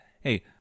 hey